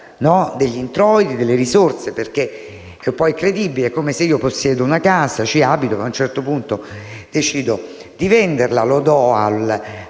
degli introiti e delle risorse, perché è un fatto incredibile: è come se io possiedo una casa, ci abito, a un certo punto decido di venderla, la do a